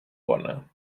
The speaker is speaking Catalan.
bona